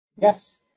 Yes